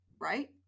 right